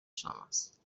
شماست